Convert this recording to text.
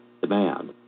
demand